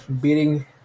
beating